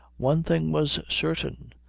one thing was certain,